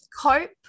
cope